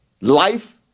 life